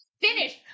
finish